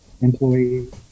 employees